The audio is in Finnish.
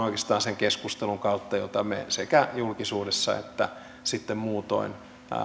oikeastaan sen keskustelun kautta jota me sekä julkisuudessa että sitten muutoin